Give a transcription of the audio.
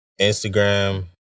Instagram